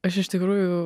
aš iš tikrųjų